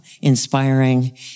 inspiring